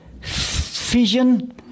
fission